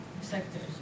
sectors